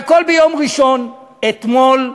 והכול ביום ראשון, אתמול,